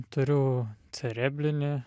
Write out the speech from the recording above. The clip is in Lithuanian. turiu cerebrinį